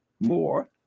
more